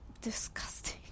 disgusting